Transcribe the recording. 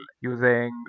using